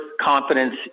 confidence